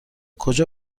کجا